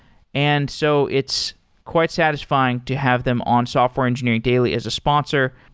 and so it's quite satisfying to have them on software engineering daily as a sponsor.